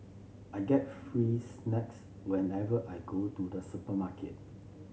I get free snacks whenever I go to the supermarket